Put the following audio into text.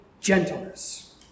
gentleness